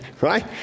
right